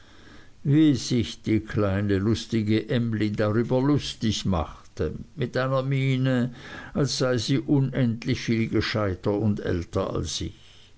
wie sich die kleine lustige emly darüber lustig machte mit einer miene als sei sie unendlich viel gescheiter und älter als ich